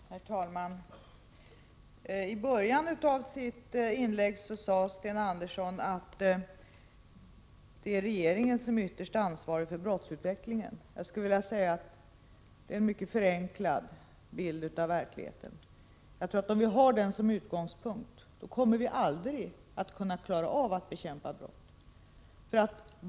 Herr talman! I början av sitt inlägg sade Sten Andersson i Malmö att det är regeringen som ytterst är ansvarig för brottsutvecklingen. Jag skulle vilja säga att det är en mycket förenklad bild av verkligheten. Om vi har den som utgångspunkt kommer vi aldrig att kunna klara av att bekämpa brottslighe 117 ten.